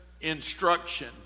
instruction